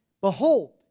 behold